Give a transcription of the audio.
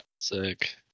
Sick